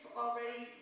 already